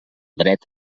dret